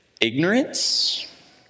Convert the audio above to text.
ignorance